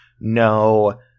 no